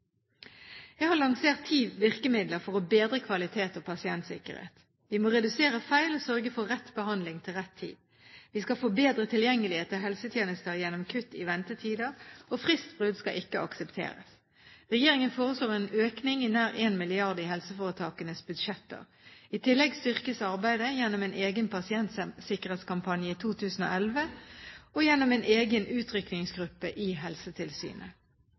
har lansert ti virkemidler for å bedre kvaliteten og pasientsikkerheten: Vi må redusere feil og sørge for rett behandling til rett tid. Vi skal få bedre tilgjengelighet til helsetjenester gjennom kutt i ventetider, og fristbrudd skal ikke aksepteres. Regjeringen foreslår en økning på nær 1 mrd. kr i helseforetakenes budsjetter. I tillegg styrkes arbeidet gjennom en egen pasientsikkerhetskampanje i 2011 og gjennom en egen utrykkingsgruppe i helsetilsynet.